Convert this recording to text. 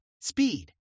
Speed